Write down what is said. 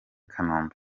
kanombe